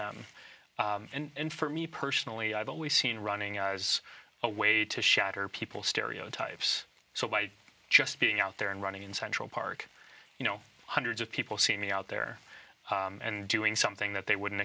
them and for me personally i've always seen running as a way to shatter people stereotypes so by just being out there and running in central park you know hundreds of people see me out there and doing something that they wouldn't